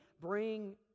bring